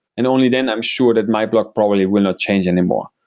and only then i'm sure that my block probably will not change anymore,